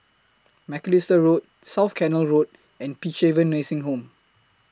Macalister Road South Canal Road and Peacehaven Nursing Home